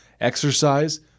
exercise